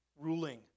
ruling